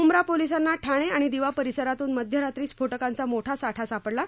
मुंब्रा पोलीसांना ठाणे आणि दिवा परिसरातून मध्यरात्री स्फोटकांचा मोठा साठा सापडला आहे